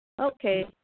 Okay